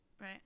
right